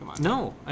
no